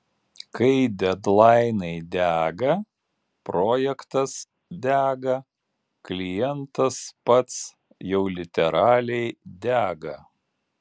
kai dedlainai dega projektas dega klientas pats jau literaliai dega